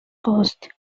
coast